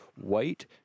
white